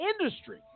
industry